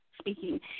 speaking